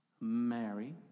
Mary